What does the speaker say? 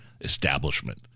establishment